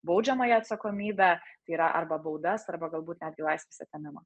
baudžiamąją atsakomybę tai yra arba baudas arba galbūt netgi laisvės atėmimą